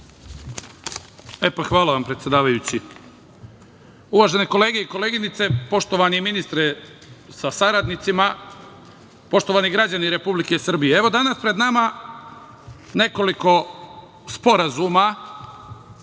Hvala vam, predsedavajući. Uvažene kolege i koleginice, poštovani ministre sa saradnicima, poštovani građani Republike Srbije, danas je pred nama nekoliko sporazuma,